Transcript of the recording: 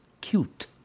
cute